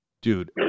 Dude